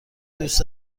دوست